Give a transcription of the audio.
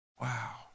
Wow